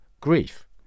grief